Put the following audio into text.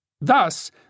Thus